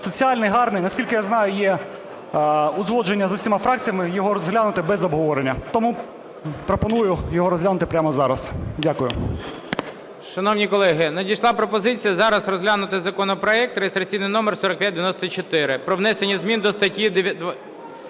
соціальний, гарний. Наскільки я знаю, є узгодження з усіма фракціями його розглянути без обговорення. Тому пропоную його розглянути прямо зараз. Дякую.